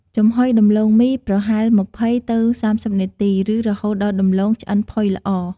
ចំហុយដំឡូងមីប្រហែល ២០ទៅ៣០ នាទី ឬរហូតដល់ដំឡូងឆ្អិនផុយល្អ។